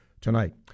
tonight